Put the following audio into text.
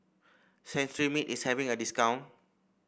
Cetrimide is having a discount